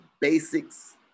basics